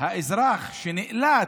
האזרח שנאלץ,